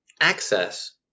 access